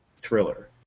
thriller